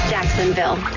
Jacksonville